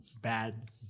bad